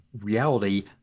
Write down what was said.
reality